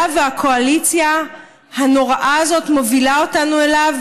והקואליציה הנוראה הזאת מובילה אותנו אליו,